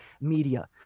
media